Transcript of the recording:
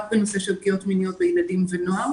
בנושא של פגיעות מיניות בילדים ונוער.